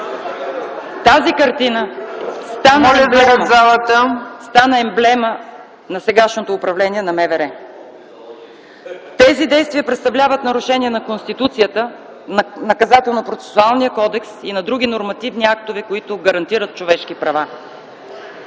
Тази картина стана емблема на сегашното управление на МВР. Тези действия представляват нарушения на Конституцията, на Наказателно-процесуалния кодекс и на други нормативни актове, които гарантират човешки права.